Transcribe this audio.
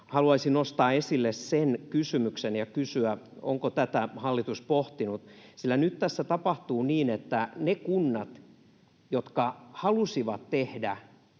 haluaisin nostaa esille tuon kysymyksen ja kysyä, onko tätä hallitus pohtinut. Sillä nyt tässä tapahtuu niin, että ne kunnat kärsivät, jotka halusivat tehdä